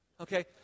Okay